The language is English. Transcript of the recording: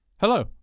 Hello